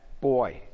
boy